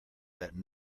that